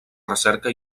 recerca